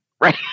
right